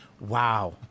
Wow